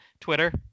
twitter